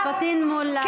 חבר הכנסת פטין מולא,